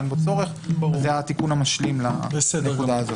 אין בו צורך, וזה התיקון המשלים לנקודה הזאת.